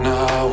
Now